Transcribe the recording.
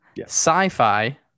sci-fi